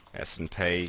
s and p